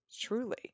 Truly